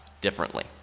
differently